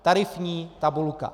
Tarifní tabulka.